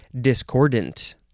Discordant